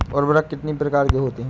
उर्वरक कितनी प्रकार के होता हैं?